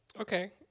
Okay